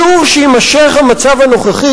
אסור שיימשך המצב הנוכחי,